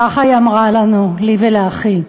ככה היא אמרה לנו, לי ולאחי.